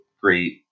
great